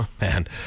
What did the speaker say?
man